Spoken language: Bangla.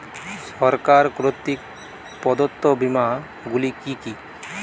সরকার কর্তৃক প্রদত্ত বিমা গুলি কি কি?